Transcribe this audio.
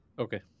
Okay